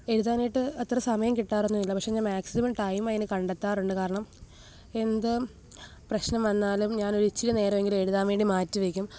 എഴുതാനായിട്ട് അത്ര സമയം കിട്ടാറൊന്നുവില്ല പക്ഷെ ഞാന് മാക്സിമം ടൈം അതിന് കണ്ടെത്താറുണ്ട് കാരണം എന്ത് പ്രശ്നം വന്നാലും ഞാനൊരിച്ചിരെ നേരമെങ്കിലും എഴുതാന് വേണ്ടി മാറ്റി വയ്ക്കും